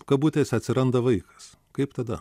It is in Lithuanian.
kabutėse atsiranda vaikas kaip tada